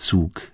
Zug